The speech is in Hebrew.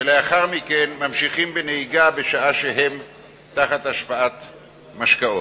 ולאחר מכן ממשיכים בנהיגה בשעה שהם תחת השפעת משקאות.